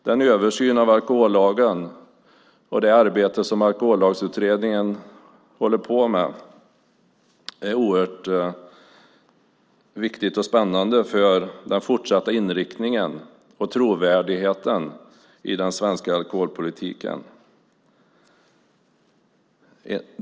Den översyn av alkohollagen som Alkohollagsutredningen håller på med är ett oerhört viktigt arbete och spännande för den fortsatta inriktningen och trovärdigheten i den svenska alkoholpolitiken.